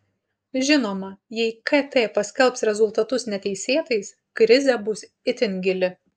žinoma jei kt paskelbs rezultatus neteisėtais krizė bus itin gili